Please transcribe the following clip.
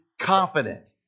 confident